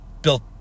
built